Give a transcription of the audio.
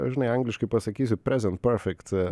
žinai angliškai pasakysiu present perfect